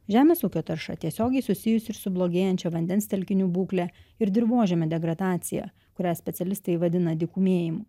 žemės ūkio tarša tiesiogiai susijus ir su blogėjančia vandens telkinių būkle ir dirvožemio degradacija kurią specialistai vadina dykumėjimu